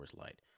Light